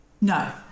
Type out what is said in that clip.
No